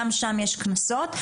גם שם יש קנסות.